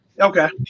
Okay